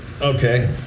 okay